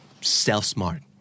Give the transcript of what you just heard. self-smart